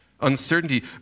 uncertainty